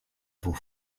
vos